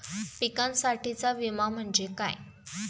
पिकांसाठीचा विमा म्हणजे काय?